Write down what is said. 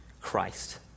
Christ